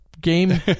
game